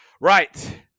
Right